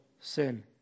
sin